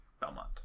Belmont